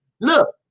look